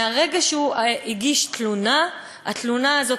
מהרגע שהוא הגיש תלונה, התלונה הזאת